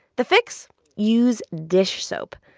the fix use dish soap.